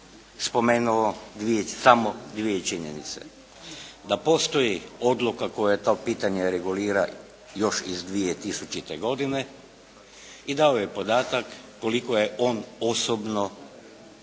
spomenuo samo dvije činjenice, da postoji odluka koja to pitanje regulira još iz 2000. godine i dao je podatak koliko je on osobno